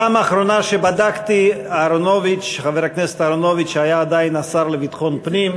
בפעם האחרונה שבדקתי חבר הכנסת אהרונוביץ היה עדיין השר לביטחון פנים,